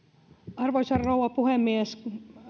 arvoisa rouva puhemies